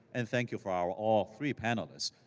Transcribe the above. and thank you for our all three panelists,